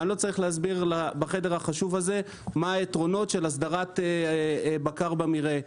ואני לא צריך להסביר בחדר החשוב הזה מה היתרונות של הסדרת בקר במרעה.